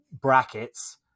brackets